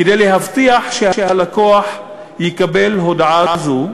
כדי להבטיח שהלקוח יקבל הודעה זו,